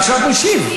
אתה עכשיו משיב.